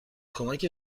کمک